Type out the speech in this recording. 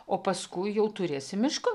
o paskui jau turėsi mišką